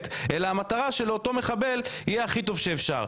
אלא המטרה שלה היא שלאותו מחבל יהיה הכי טוב שאפשר.